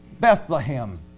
Bethlehem